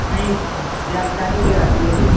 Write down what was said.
अनि जात जाति केरा दुई केजी